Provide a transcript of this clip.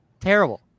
Terrible